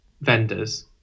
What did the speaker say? vendors